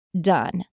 done